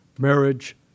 marriage